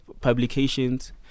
publications